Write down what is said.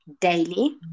daily